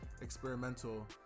experimental